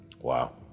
Wow